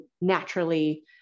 naturally